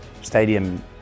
stadium